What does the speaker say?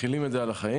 מחילים את זה על החיים,